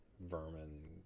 vermin